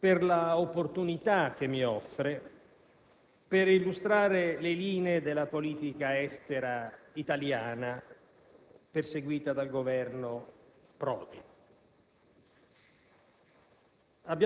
per l'opportunità che mi offre di illustrare le linee della politica estera italiana perseguita dal Governo Prodi.